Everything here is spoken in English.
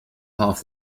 half